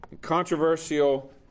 controversial